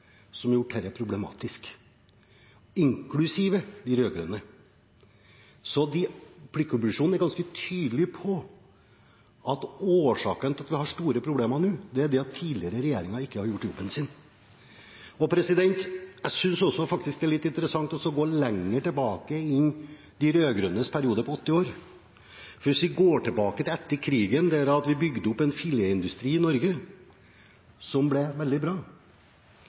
som har gjort dette problematisk, inklusiv de rød-grønne. Så pliktkommisjonen er ganske tydelig på at årsaken til at vi har store problemer nå, er at tidligere regjeringer ikke har gjort jobben sin. Jeg synes også det er litt interessant å gå lenger tilbake enn til de rød-grønnes periode på åtte år. For hvis vi går tilbake til etter krigen, da vi bygde opp en filetindustri i Norge, som ble veldig bra,